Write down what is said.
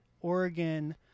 Oregon